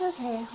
Okay